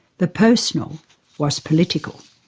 the personal was political.